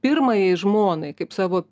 pirmajai žmonai kaip savo